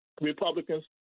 Republicans